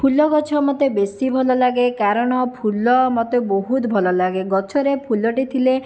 ଫୁଲ ଗଛ ମୋତେ ବେଶି ଭଲ ଲାଗେ କାରଣ ଫୁଲ ମୋତେ ବହୁତ ଭଲ ଲାଗେ ଗଛରେ ଫୁଲଟେ ଥିଲେ